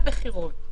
מה לגבי הבחירות?